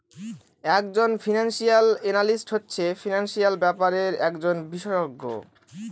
এক জন financial analyst হচ্ছে ফিনান্সিয়াল ব্যাপারের একজন বিশষজ্ঞ